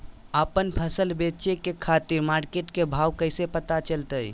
आपन फसल बेचे के खातिर मार्केट के भाव कैसे पता चलतय?